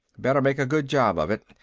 better make a good job of it,